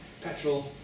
petrol